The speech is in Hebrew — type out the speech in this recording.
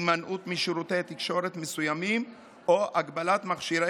הימנעות משירותי תקשורת מסוימים או הגבלת מכשירי